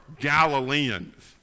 Galileans